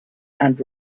and